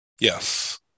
Yes